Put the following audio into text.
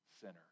sinner